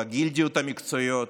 בגילדות המקצועיות,